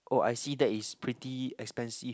oh I see that is pretty expensive